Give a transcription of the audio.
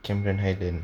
cameron highlands